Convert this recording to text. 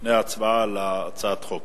לפני ההצבעה על הצעת החוק.